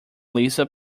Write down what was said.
lisa